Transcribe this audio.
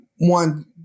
one